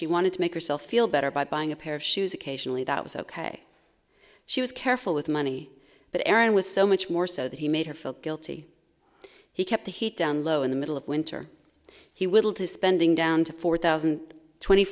she wanted to make herself feel better by buying a pair of shoes occasionally that was ok she was careful with money but aaron was so much more so that he made her feel guilty he kept the heat down low in the middle of winter he would leave his spending down to four thousand twenty